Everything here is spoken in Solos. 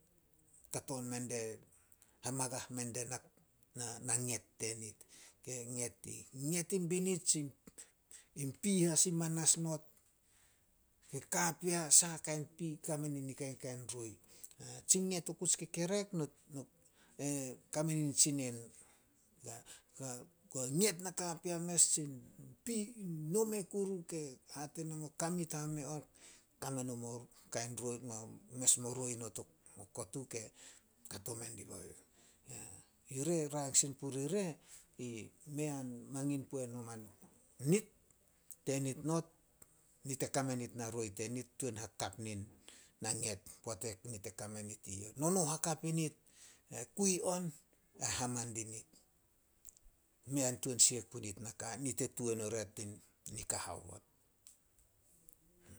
Hamagah mendia na- na nget tenit ke nget dih. Nget in binit, tsi in pi as i manas not, kapea, saha kain pi, kame nin na kainkain roi. Tsi nget oku tsi kekerek kame na nitsi neen nuh. Nget na kapea mes tsi pi in nome kuru ke hate nomo kamit haome on, kame nomo mes mo roi okot uh ke, kato mendibao youh. Yure rang sin puri re, mea mangin puo no man, nit tenit not, nit e kame nit na roi tenit tuan hakap nin na nget, poat enit kame nit eyouh. Nono hakap init, e kui on ai haman dinit. Mea tuan siek punit naka, nit e tuan oria tin nika haobot.